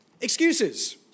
Excuses